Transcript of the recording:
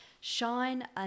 shine